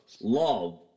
love